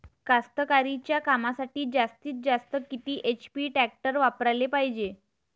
कास्तकारीच्या कामासाठी जास्तीत जास्त किती एच.पी टॅक्टर वापराले पायजे?